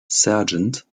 sergeant